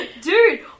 Dude